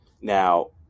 Now